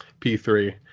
p3